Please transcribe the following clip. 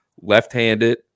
Left-handed